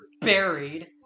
buried